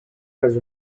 has